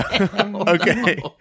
Okay